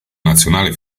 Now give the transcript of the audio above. nazionale